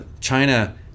China